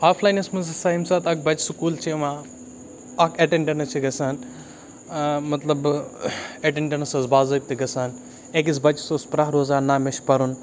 آفلاینَس منٛز ہَسا ییٚمہِ ساتہٕ اَکھ بَچہِ سکوٗل چھِ یِوان اَکھ اَٹٮ۪نڈنٕس چھِ گژھان مطلب اَٹٮ۪نڈَنٕس ٲس باضٲبطہٕ گژھان أکِس بَچَس اوس پرٛہ روزان نہ مےٚ چھِ پَرُن